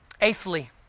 Eighthly